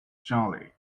jolly